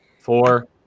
four